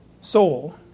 soul